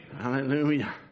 Hallelujah